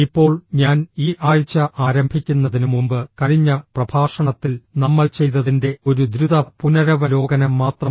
ഇപ്പോൾ ഞാൻ ഈ ആഴ്ച ആരംഭിക്കുന്നതിന് മുമ്പ് കഴിഞ്ഞ പ്രഭാഷണത്തിൽ നമ്മൾ ചെയ്തതിന്റെ ഒരു ദ്രുത പുനരവലോകനം മാത്രം